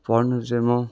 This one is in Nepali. पढ्नु चाहिँ म